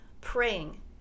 praying